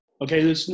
Okay